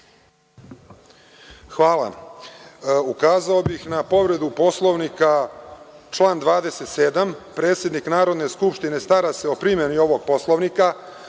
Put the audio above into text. Hvala. Ukazao bih na povredu Poslovnika, član 27. – predsednik Narodne skupštine stara se o primeni ovog Poslovnika.